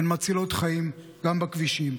הן מצילות חיים גם בכבישים.